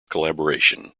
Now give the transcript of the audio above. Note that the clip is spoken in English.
collaboration